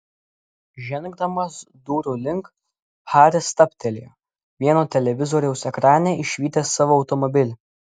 žengdamas durų link haris stabtelėjo vieno televizoriaus ekrane išvydęs savo automobilį